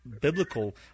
biblical